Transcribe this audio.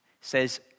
says